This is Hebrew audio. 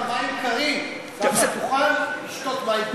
לך מים קרים, כך תוכל לשתות מים קרים.